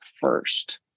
first